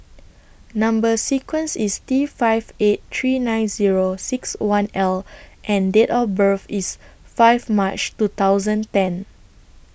Number sequence IS T five eight three nine Zero six one L and Date of birth IS five March two thousand ten